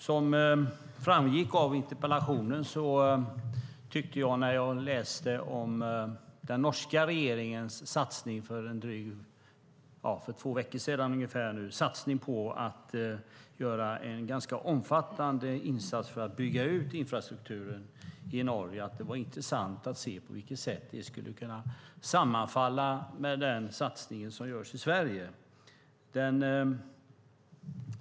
Som framgick av interpellationen tyckte jag när jag läste om den norska regeringens satsning för ungefär två veckor sedan på att göra en ganska omfattande insats för att bygga ut infrastrukturen i Norge att det skulle vara intressant att se på vilket sätt det skulle kunna sammanfalla med den satsning som görs i Sverige.